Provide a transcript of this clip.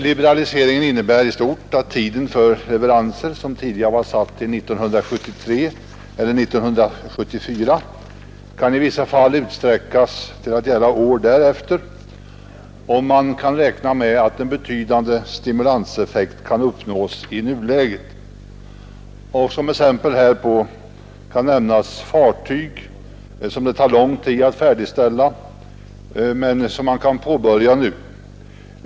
Liberaliseringen innebär i stort att tiden för leveranser som tidigare var satt till 1973 eller 1974 i vissa fall kan utsträckas till att gälla år därefter, om man kan räkna med att en betydande stimulanseffekt kan uppnås i nuläget. Som exempel härpå kan nämnas fartyg som det tar lång tid att färdigställa men vilkas byggande man kan påbörja nu.